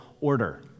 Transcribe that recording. order